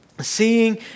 Seeing